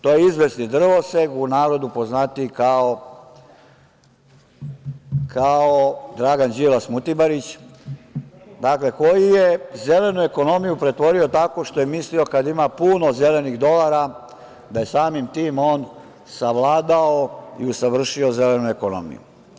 To je izvesni drvosek, u narodu poznatiji kao Dragan Đilas mutibarić, dakle koji je zelenu ekonomiju pretvorio tako što je mislio kada ima puno zelenih dolara da je samim tim on savladao i usavršio zelenu ekonomiju.